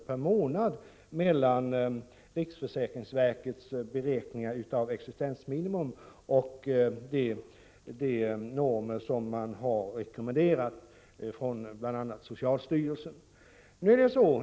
per månad mellan riksskatteverkets beräkning av existensminimum och de normer som bl.a. socialstyrelsen har rekommenderat.